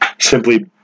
simply